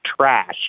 trash